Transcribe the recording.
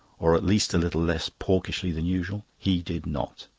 or at least a little less porkishly than usual? he did not.